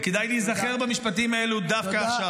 וכדאי להיזכר במשפטים האלה דווקא עכשיו.